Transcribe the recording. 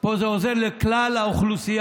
פה זה עוזר לכלל האוכלוסייה.